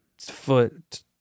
foot